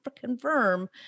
confirm